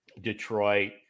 Detroit